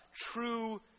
true